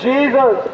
Jesus